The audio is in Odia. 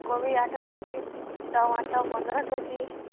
କୋବି ଆଠ କେ ଜି ଟମାଟୋ ପନ୍ଦର କେ ଜି